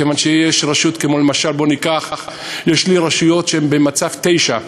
כיוון שיש לי רשויות שהן במצב 9,